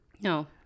No